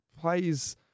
plays